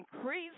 increase